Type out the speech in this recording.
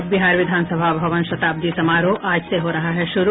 और बिहार विधानसभा भवन शताब्दी समारोह आज से हो रहा है शुरू